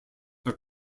are